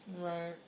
Right